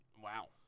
wow